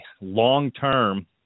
long-term